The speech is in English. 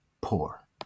poor